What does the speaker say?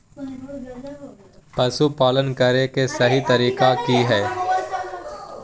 पशुपालन करें के सही तरीका की हय?